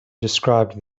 described